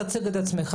אנא תציג את עצמך.